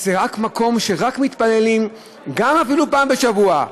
זה מקום שרק מתפללים בו, אפילו פעם בשבוע.